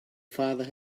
father